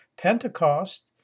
Pentecost